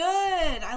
Good